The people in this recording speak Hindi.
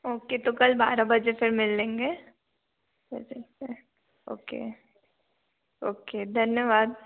ओ के तो कल बारह बजे फिर मिल लेंगे ओ के ओ के धन्यवाद